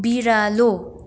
बिरालो